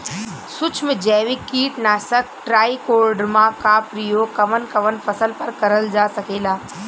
सुक्ष्म जैविक कीट नाशक ट्राइकोडर्मा क प्रयोग कवन कवन फसल पर करल जा सकेला?